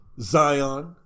Zion